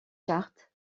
charte